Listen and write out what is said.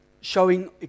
showing